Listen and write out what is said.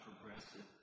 progressive